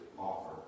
offer